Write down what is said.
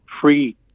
free